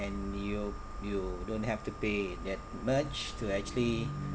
and you you don't have to pay that much to actually